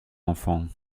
enfant